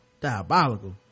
Diabolical